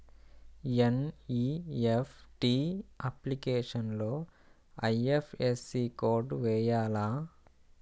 NEFT అప్లికేషన్లో IFSC code వేయాలా?